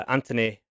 Anthony